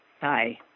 Hi